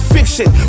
Fiction